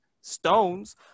stones